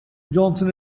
johnson